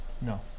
No